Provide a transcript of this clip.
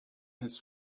his